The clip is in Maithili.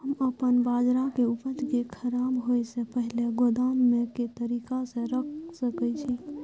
हम अपन बाजरा के उपज के खराब होय से पहिले गोदाम में के तरीका से रैख सके छी?